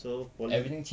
so poly